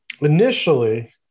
initially